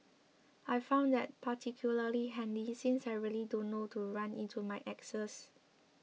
I found that particularly handy since I really don't want to run into my exes